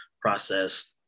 process